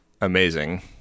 amazing